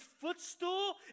footstool